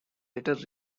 letter